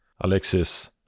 Alexis